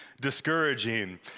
discouraging